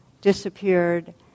disappeared